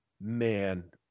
Man